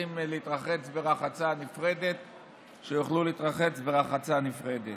שרוצים להתרחץ ברחצה נפרדת להתרחץ ברחצה נפרדת.